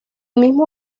mismo